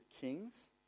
kings